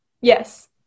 Yes